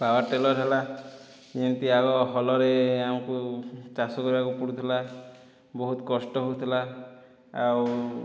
power tiller ହେଲା ଯେମିତି ଆଗ ହଲରେ ଆମକୁ ଚାଷ କରିବାକୁ ପଡ଼ୁଥିଲା ବହୁତ କଷ୍ଟ ହେଉଥିଲା ଆଉ